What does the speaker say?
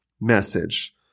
message